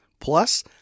Plus